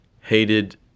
hated